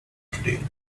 today